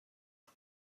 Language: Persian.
است